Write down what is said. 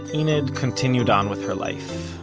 enid continued on with her life.